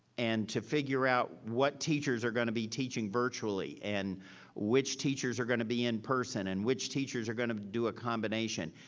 and to figure out what teachers are gonna be teaching virtually and which teachers are gonna be in-person and which teachers are gonna do a combination.